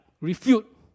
refute